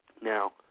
Now